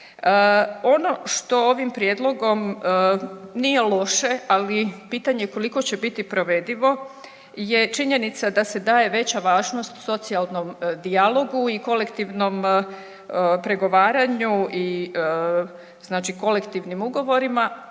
Ono što ovim prijedlogom nije loše, ali pitanje koliko će biti provedivo je činjenica da se daje veća važnost socijalnom dijalogu i kolektivnom pregovaranju i znači kolektivnim ugovorima,